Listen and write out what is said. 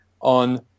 on